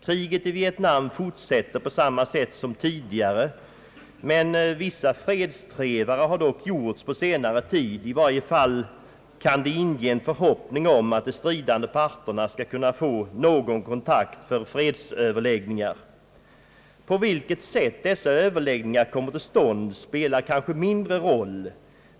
Kriget i Vietnam fortsätter på samma sätt som tidigare, men vissa fredstrevare har dock gjorts på senare tid, vilka i varje fall kan inge en förhoppning om att de stridande parterna skall kunna få någon kontakt för fredsöverläggningar. På vilket sätt dessa överläggningar kommer till stånd spelar kanske mindre roll.